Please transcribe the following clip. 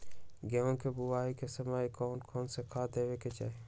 गेंहू के बोआई के समय कौन कौन से खाद देवे के चाही?